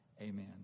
Amen